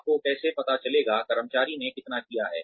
आपको कैसे पता चलेगा कर्मचारी ने कितना किया है